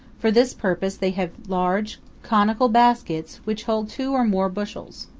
for this purpose they have large conical baskets, which hold two or more bushels.